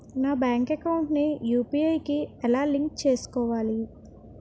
నా bank account ని UPI కి ఎలా లింక్ చేసుకోవాలి?